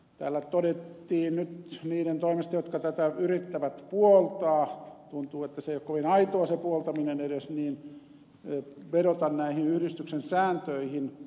täällä vedottiin nyt niiden toimesta jotka tätä yrittävät puoltaa tuntuu että se puoltaminen ei ole edes kovin aitoa yhdistyksen sääntöihin